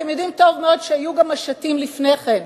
אתם יודעים טוב מאוד שהיו משטים גם לפני כן.